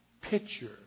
picture